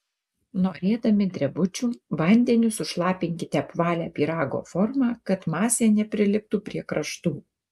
norėdami drebučių vandeniu sušlapinkite apvalią pyrago formą kad masė nepriliptų prie kraštų